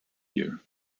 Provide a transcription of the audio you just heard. year